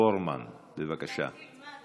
בן אדם בנה,